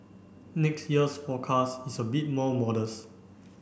next year's forecast is a bit more modest